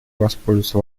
воспользоваться